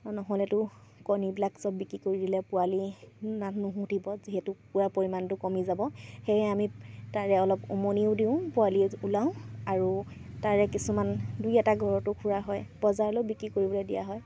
নহ'লেতো কণীবিলাক চব বিক্ৰী কৰি দিলে পোৱালি না নুঠিব যিহেতু কুকুৰাৰ পৰিমাণটো কমি যাব সেয়ে আমি তাৰে অলপ উমনিও দিওঁ পোৱালি উলিয়াওঁ আৰু তাৰে কিছুমান দুই এটা ঘৰতো খোৱা হয় বজাৰলৈ বিক্ৰী কৰিবলৈ দিয়া হয়